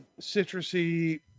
citrusy